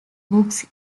books